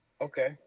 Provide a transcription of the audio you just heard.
Okay